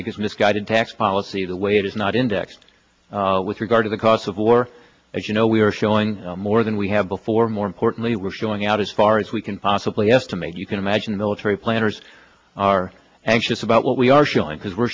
think is misguided tax policy the way it is not indexed with regard to the cost of war as you know we are showing more than we have before more importantly we're showing out as far as we can possibly estimate you can imagine the military planners are anxious about what we are showing because we're